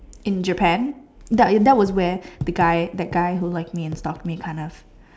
in Japan that that was where the guy the guy who like me and stalked me kind of